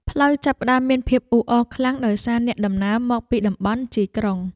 ផ្លូវចាប់ផ្ដើមមានភាពអ៊ូអរខ្លាំងដោយសារអ្នកដំណើរមកពីតំបន់ជាយក្រុង។